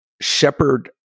shepherd